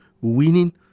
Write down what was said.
winning